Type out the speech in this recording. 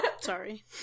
Sorry